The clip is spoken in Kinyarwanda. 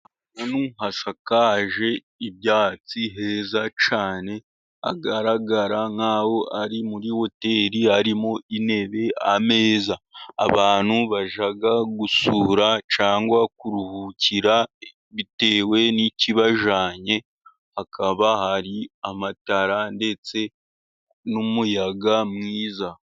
Ahantu hasakaje ibyatsi heza cyane hagaragara nk'aho ari muri Hoteri harimo intebe, ameza abantu bajya gusura cyangwa kuruhukira, bitewe n'ikibajyanye hakaba hari amatara ndetse n'umuyaga mwiza.